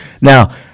Now